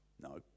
No